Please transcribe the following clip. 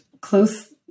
close